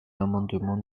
l’amendement